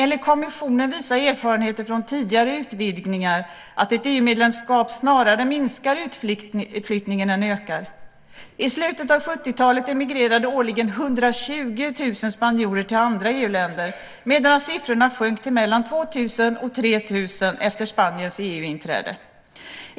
Enligt kommissionen visar erfarenheter från tidigare utvidgningar att ett EU-medlemskap snarare minskar utflyttningen än ökar den. I slutet av 70-talet emigrerade årligen 120 000 spanjorer till andra EU-länder, medan siffrorna sjönk till mellan 2 000 och 3 000 efter Spaniens EU-inträde.